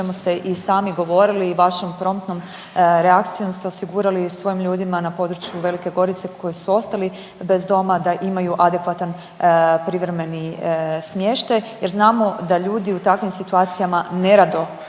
o čemu ste i sami govorili i vašom promptnom reakcijom ste osigurali svojim ljudima na području Velike Gorice koji su ostali bez doma da imaju adekvatan privremeni smještaj jer znamo da ljudi u takvim situacijama nerado